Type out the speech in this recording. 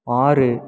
ஆறு